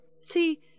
See